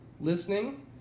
listening